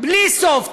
בלי סוף,